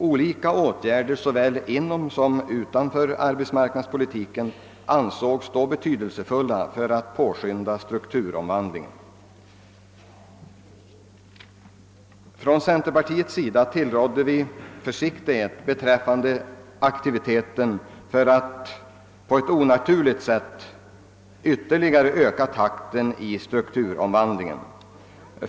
Olika åtgärder såväl inom som utom arbetsmarknadspolitiken ansågs då betydelsefulla för att påskynda strukturomvandlingen. Från centerpartiets sida tillrådde vi försiktighet beträffande aktiviteten att på ett onaturligt sätt ytterligare öka takten i strukturomvandlingen.